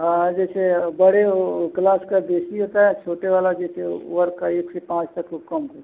हाँ जैसे बड़े वो क्लास का बेसी होता है छोटे वाला जैसे वर्क का एक से पाँच तक वो कम के हैं